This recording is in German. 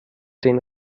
den